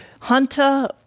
Hunter